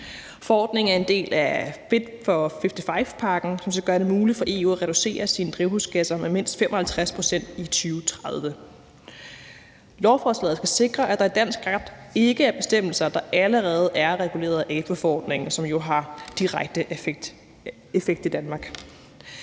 Forordningen er en del af »Fit for 55«-pakken, som skal gøre det muligt for EU at reducere sine drivhusgasser med mindst 55 pct. i 2030. Lovforslaget skal sikre, at der i dansk ret ikke er bestemmelser, der allerede er reguleret af AFI-forordningen, og som jo har direkte effekt i Danmark.